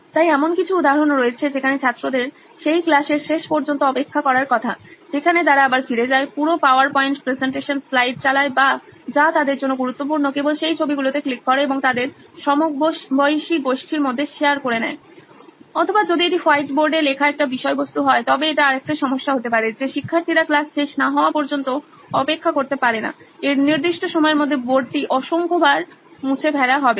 তাই এমন কিছু উদাহরণ রয়েছে যেখানে ছাত্রদের সেই ক্লাসের শেষ পর্যন্ত অপেক্ষা করার কথা যেখানে তারা আবার ফিরে যায় পুরো পাওয়ার পয়েন্ট প্রেজেন্টেশন স্লাইড চালায় বা যা তাদের জন্য গুরুত্বপূর্ণ কেবল সেই ছবিগুলিতে ক্লিক করে এবং তাদের সমবয়সী গোষ্ঠীর মধ্যে শেয়ার করে অথবা যদি এটি হোয়াইট বোর্ডে লেখা একটি বিষয়বস্তু হয় তবে এটা আরেকটা সমস্যা হতে পারে যে শিক্ষার্থীরা ক্লাস শেষ না হওয়া পর্যন্ত অপেক্ষা করতে পারে না এই নির্দিষ্ট সময়ের মধ্যে বোর্ডটি অসংখ্য বার মুছে ফেলা হবে